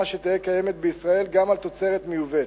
שתהא קיימת בישראל גם על תוצרת מיובאת.